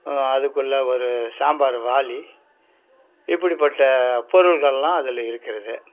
அதுக்குள்ளே ஒரு சாம்பார் வாளி இப்படிபட்ட பொருள்கள்லாம் அதில் இருக்கிறது